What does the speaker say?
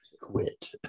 Quit